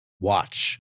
watch